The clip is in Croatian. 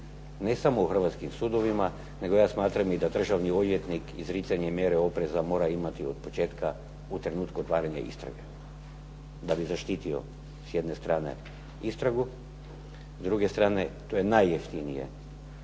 ne samo u Hrvatskim sudovima, nego ja smatram da i državni odvjetnik izricanja mjere opreza mora imati od početka, u trenutku otvaranja istrage, da bi zaštitio s jedne strane istragu, a s druge strane to je najjeftinije